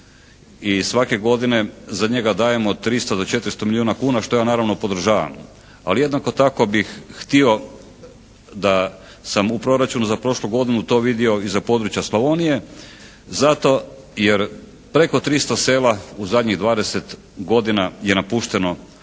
I svake godine za njega dajemo od 300 do 400 milijuna kuna, što ja naravno podržavam. Ali jednako tako bih htio da sam u proračunu za prošlu godinu to vidio i za područja Slavonije. Zato jer preko 300 sela u zadnjih 20 godina je napušteno